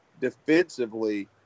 defensively